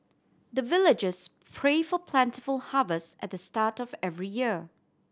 the villagers pray for plentiful harvest at the start of every year